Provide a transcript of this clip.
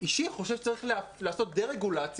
אישי חושב שצריך לעשות דה-רגולציה,